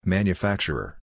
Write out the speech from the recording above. Manufacturer